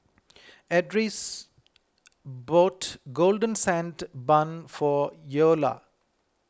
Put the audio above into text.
Ardis bought Golden Sand Bun for Eola